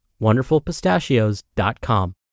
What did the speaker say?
wonderfulpistachios.com